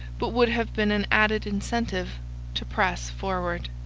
but would have been an added incentive to press forward.